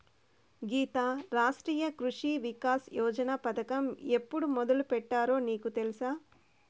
గీతా, రాష్ట్రీయ కృషి వికాస్ యోజన పథకం ఎప్పుడు మొదలుపెట్టారో నీకు తెలుసా